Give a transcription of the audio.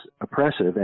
oppressive